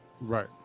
right